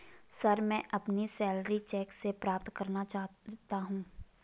sir, मैं अपनी salary cheque से प्राप्त करना चाहता हूं